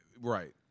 Right